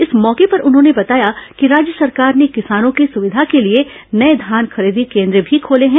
इस मौके पर उन्होंने बताया कि राज्य सरकार ने किसानों की सुविधा के लिए नये धान खरीदी केन्द्र भी खोले हैं